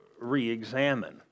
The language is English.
re-examine